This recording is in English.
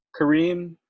Kareem